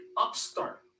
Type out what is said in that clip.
upstart